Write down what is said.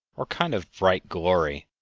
or kind of bright glory,